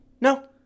no